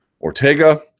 Ortega